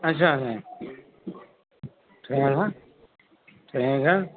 اچھا اچھا ٹھیک ہے ٹھیک ہے ٹھیک ہے